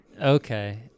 Okay